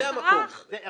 הקונוטציות שלו.